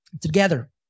Together